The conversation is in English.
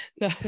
No